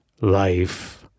life